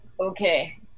Okay